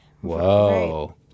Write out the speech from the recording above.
Whoa